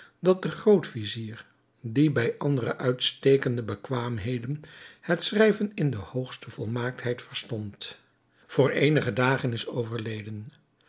dat de groot-vizier die bij andere uitstekende bekwaamheden het schrijven in de hoogste volmaaktheid verstond vr eenige dagen is overleden